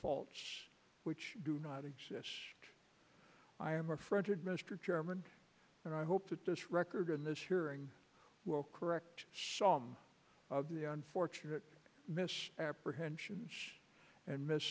faults which do not exist i am a fretted mr chairman and i hope that this record in this hearing will correct shaun of the unfortunate miss apprehensions and miss